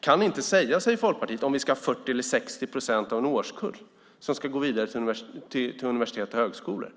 kan inte säga, säger Folkpartiet, om det ska vara 40 eller 60 procent av en årskull som ska gå vidare till universitet och högskolor.